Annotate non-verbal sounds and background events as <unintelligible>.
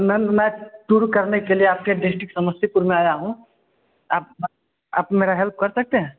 ma'am मैं tour करने के लिए आप के डिस्टिक समस्तीपुर में आया हूँ आप <unintelligible> आप मेरी हेल्प कर सकते हैं